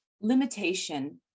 Limitation